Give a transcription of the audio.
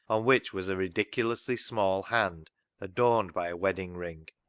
on which was a ridiculously small hand adorned by a wedding-ring.